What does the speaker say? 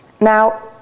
Now